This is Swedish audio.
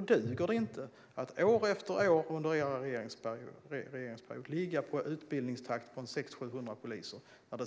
Det duger inte att år efter år, som det var under er regeringsperiod, ligga på en utbildningstakt på 600-700 poliser när